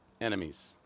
Enemies